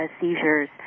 seizures